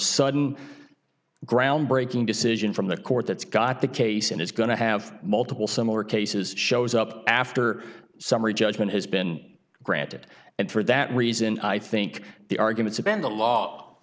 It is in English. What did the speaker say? sudden groundbreaking decision from the court that's got the case and it's going to have multiple similar cases shows up after summary judgment has been granted and for that reason i think the arguments of bend